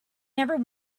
never